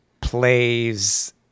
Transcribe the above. plays